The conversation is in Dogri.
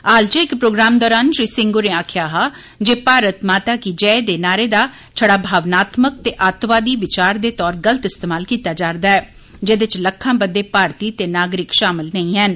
हाल च इक प्रोग्राम दौरान श्री सिंह होरें आक्खेया हा जे भारत माता की जय दे नारे दा छड़ा भावनात्मक ते अतवादी विचार दे तौर गलत इस्तेमाल कीता जा रदा ऐ जेदे च लक्खां बददे भारती ते नागरिक शामल नेंई ऐन